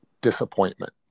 disappointment